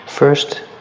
First